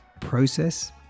process